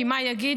כי מה יגידו,